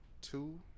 two